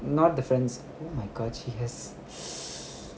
not the friend's oh my god she has